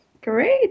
Great